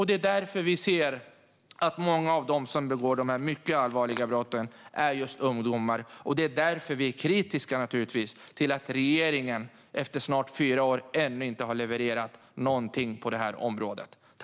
Det är därför vi ser att många av dem som begår dessa mycket allvarliga brott är just ungdomar, och det är därför vi är kritiska till att regeringen efter snart fyra år ännu inte har levererat någonting på det här området.